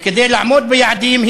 וכדי לעמוד ביעדים,